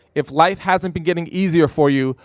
if life hasn't been getting easier for you,